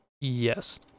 yes